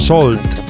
Salt